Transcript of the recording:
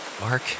Mark